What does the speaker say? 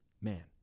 Man